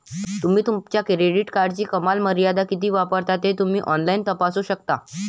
तुम्ही तुमच्या क्रेडिट कार्डची कमाल मर्यादा किती वापरता ते तुम्ही ऑनलाइन तपासू शकता